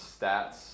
stats